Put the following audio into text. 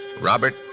Robert